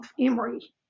Emory